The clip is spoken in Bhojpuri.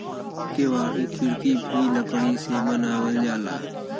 केवाड़ी खिड़की भी लकड़ी से बनावल जाला